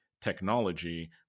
Technology